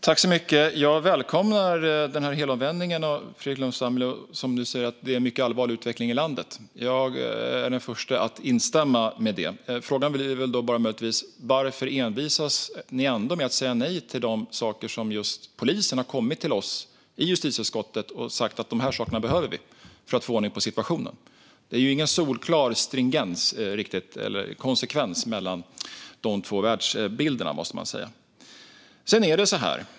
Fru talman! Jag välkomnar helomvändningen av Fredrik Lundh Sammeli, som nu säger att det är en mycket allvarlig utveckling i landet. Jag är den förste att instämma i det. Frågan blir möjligtvis: Varför envisas ni ändå med att säga nej till de saker som polisen har kommit med till oss i justitieutskottet? De har sagt: De här sakerna behöver vi för att få ordning på situationen. Det är ingen solklar stringens eller konsekvens mellan de två världsbilderna - det måste man säga.